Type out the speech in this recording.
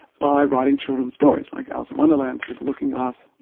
by writing children's stories, like alice in wonderland. through the looking glass,